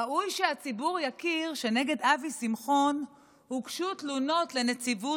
ראוי שהציבור ידע שנגד אבי שמחון הוגשו תלונות לנציבות